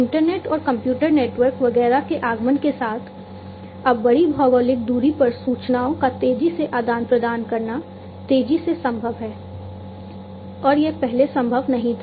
internet और computer network वगैरह के आगमन के साथ अब बड़ी भौगोलिक दूरी पर सूचनाओं का तेजी से आदान प्रदान करना तेजी से संभव है और यह पहले संभव नहीं था